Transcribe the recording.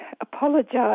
apologise